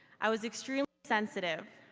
i was extremely sensitive,